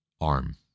arm